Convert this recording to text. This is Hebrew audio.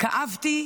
כאבתי